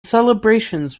celebrations